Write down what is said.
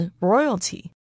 royalty